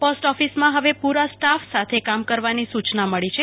post ઓફિસમાં હવે પૂરા સ્ટાફ સાથે કામ કરવાની સૂચના મળી છે